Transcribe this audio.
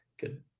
good